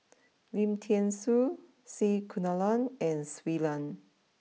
Lim Thean Soo C Kunalan and Shui Lan